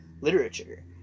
literature